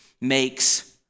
makes